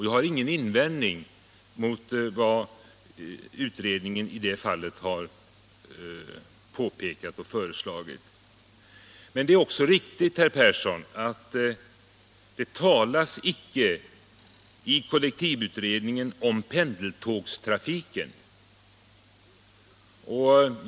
Jag har ingen invändning mot vad utredningen i det fallet har föreslagit, men det är också riktigt, herr Persson, att det icke talas i kollektivtrafikutredningens betänkande om pendeltågstrafiken.